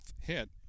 hit